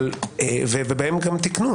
ובהן גם תיקנו.